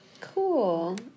Cool